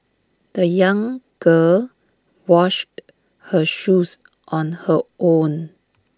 the young girl washed her shoes on her own